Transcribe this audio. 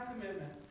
commitment